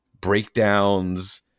breakdowns